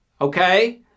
Okay